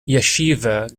yeshiva